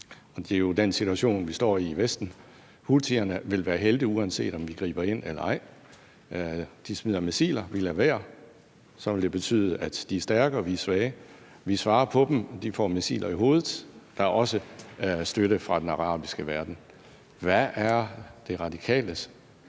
det er jo den situation, vi står i i Vesten. Houthierne vil være helte, uanset om vi griber ind eller ej. Hvis de smider missiler, og vi lader være, så vil det betyde, at de er stærke, og at vi er svage, og hvis vi besvarer dem, og de får missiler i hovedet, er der også støtte fra den arabiske verden. Hvad er De Radikales